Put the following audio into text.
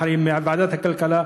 מוועדת הכלכלה: